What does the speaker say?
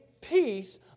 peace